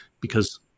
because-